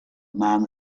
man